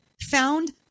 found